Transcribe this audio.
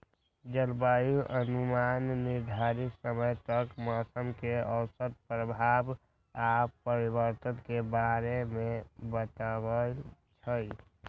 जलवायु अनुमान निर्धारित समय तक मौसम के औसत प्रभाव आऽ परिवर्तन के बारे में बतबइ छइ